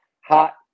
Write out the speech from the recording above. hot